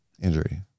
injury